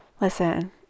listen